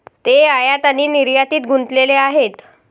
ते आयात आणि निर्यातीत गुंतलेले आहेत